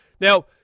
Now